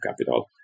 Capital